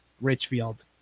Richfield